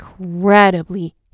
incredibly